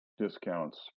discounts